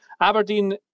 Aberdeen